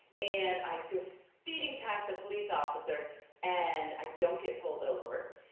and i go speeding past a police officer and i don't get pulled over,